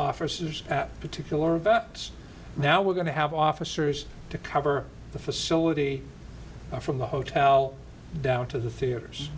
officers at particular vets now we're going to have officers to cover the facility from the hotel down to the theaters